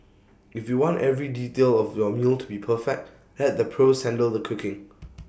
if you want every detail of your meal to be perfect let the pros handle the cooking